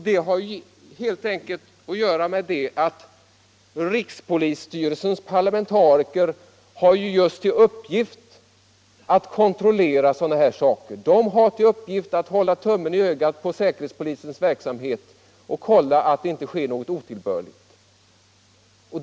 Det har helt enkelt att göra med att rikspolisstyrelsens parlamentariker just har till uppgift att kontrollera sådana här saker och hålla tummen på ögat när det gäller säkerhetspolisens verksamhet, så att det inte sker något otillbörligt.